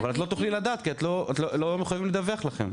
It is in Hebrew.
אבל את לא תוכלי לדעת כי הם לא מחויבים לדווח לכם.